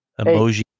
emoji